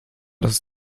das